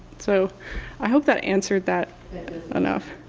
so i hope that answered that enough.